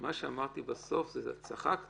מה שאמרתי זה שבסוף, וצחקנו,